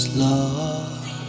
lost